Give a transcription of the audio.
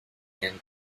and